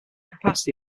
capacity